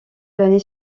l’année